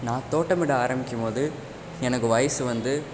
நான் தோட்டமிட ஆரமிக்கும்போது எனக்கு வயசு வந்து